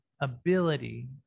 ability